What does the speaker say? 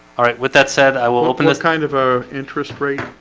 all right with that said i will open this kind of our interest rate.